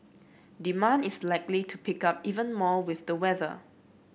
demand is likely to pick up even more with the weather